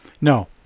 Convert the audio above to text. No